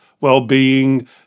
well-being